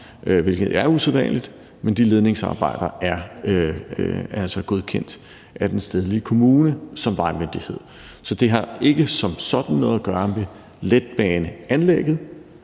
hvilket er usædvanligt. Men de ledningsarbejder er altså godkendt af den stedlige kommune som vejmyndighed. Så det har ikke som sådan noget at gøre med letbaneanlægget,